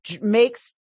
makes